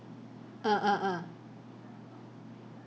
ah ah ah